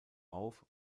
auf